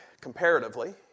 comparatively